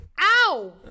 Ow